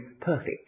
perfect